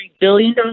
billion